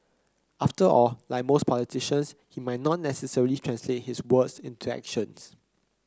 after all like most politicians he might not necessarily translate his words into actions